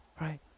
right